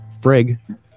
frig